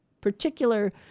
particular